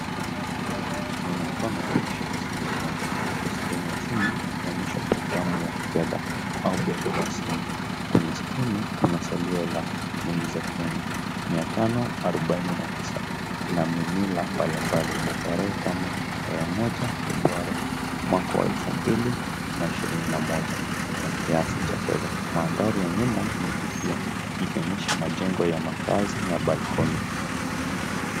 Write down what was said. Tunaona mkono ukishika simu janja huku skrini ya simu ikionyesha programu ya fedha au benki ya simu. Kwenye skrini, kuna salio la shilingi za Kenya 549 na mimila mbalimbali yenye tarehe kama 1 Februari mwaka wa 2021 na kiasi cha fedha. Mandhari ya nyuma imefifia ikionyesha majengo ya makazi na balkoni.